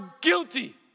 guilty